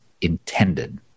intended